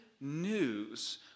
news